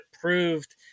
proved